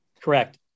Correct